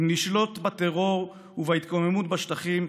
אם נשלוט בטרור ובהתקוממות בשטחים,